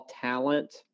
talent